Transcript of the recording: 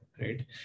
Right